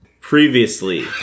Previously